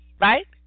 right